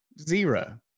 Zero